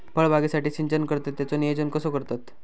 फळबागेसाठी सिंचन करतत त्याचो नियोजन कसो करतत?